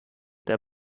der